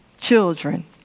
children